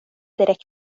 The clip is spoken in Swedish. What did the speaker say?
direkt